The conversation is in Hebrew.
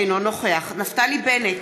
אינו נוכח נפתלי בנט,